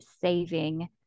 saving